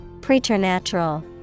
Preternatural